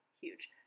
huge